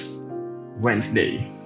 Wednesday